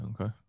Okay